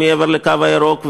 מעבר לקו הירוק,